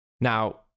now